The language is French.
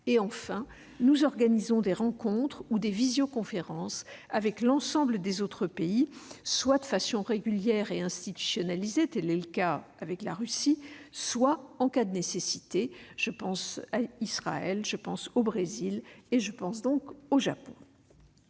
Enfin, nous organisons des rencontres ou des visioconférences avec l'ensemble des autres pays, soit de façon régulière et institutionnalisée- tel est le cas pour la Russie -, soit en cas de nécessité, par exemple avec Israël, le Brésil, ou le Japon.